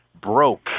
Broke